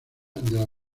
vida